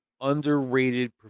underrated